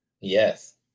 Yes